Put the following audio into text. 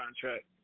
contract